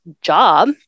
job